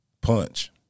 Punch